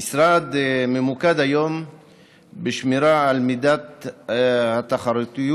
המשרד ממוקד היום בשמירה על מידת התחרותיות,